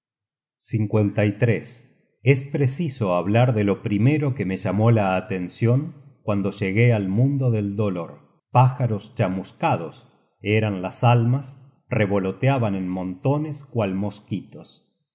es preciso hablar de lo que primero me llamó la atencion cuando llegué al mundo del dolor pájaros chamuscados eran las almas revoloteaban en montones cual mosquitos